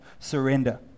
surrender